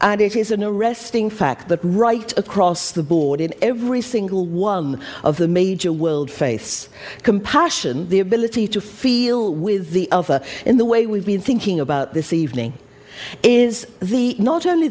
that right across the board in every single one of the major world faiths compassion the ability to feel with the other in the way we've been thinking about this evening is the not only